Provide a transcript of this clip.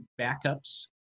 backups